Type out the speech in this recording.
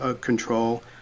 control